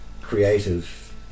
creative